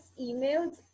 emails